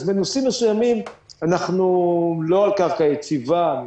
אז בנושאים מסוימים אנחנו לא על קרקע יציבה: